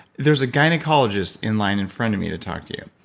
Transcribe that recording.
there's a gynecologist in line in front of me to talk to you.